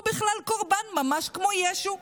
הוא בכלל קורבן, ממש כמו ישו.